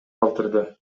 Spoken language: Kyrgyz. калтырды